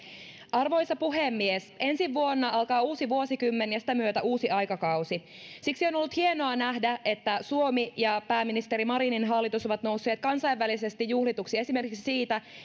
arvoisa puhemies ensi vuonna alkaa uusi vuosikymmen ja sitä myötä uusi aikakausi siksi on ollut hienoa nähdä että suomi ja pääministeri marinin hallitus ovat nousseet kansainvälisesti juhlituksi esimerkiksi siitä